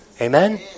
Amen